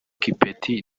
kipeti